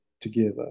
together